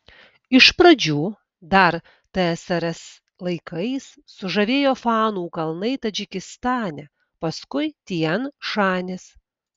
iš pradžių dar tsrs laikais sužavėjo fanų kalnai tadžikistane paskui tian šanis